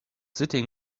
sitting